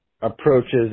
approaches